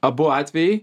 abu atvejai